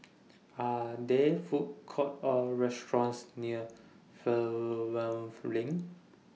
Are There Food Courts Or restaurants near Fernvale LINK